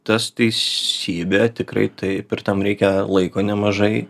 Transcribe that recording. tas teisybė tikrai taip ir tam reikia laiko nemažai